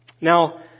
Now